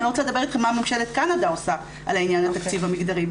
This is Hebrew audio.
אני לא רוצה לדבר איתכם על מה ממשלת קנדה עושה בעניין תקציב מגדרי,